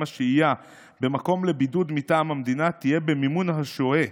השהייה במקום לבידוד מטעם המדינה תהיה במימון השוהה